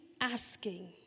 asking